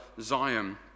Zion